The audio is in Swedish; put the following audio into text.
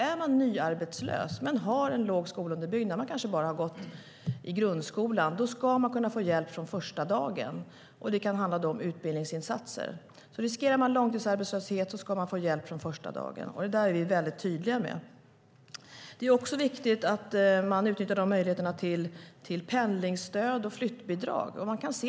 Är man nyarbetslös och har en dålig skolunderbyggnad - man kanske bara har gått i grundskolan - ska man kunna få hjälp från första dagen. Det kan då handla om utbildningsinsatser. Riskerar man långtidsarbetslöshet ska man få hjälp från första dagen. Det är vi väldigt tydliga med. Det är också viktigt att man utnyttjar möjligheterna till pendlingsstöd och flyttbidrag.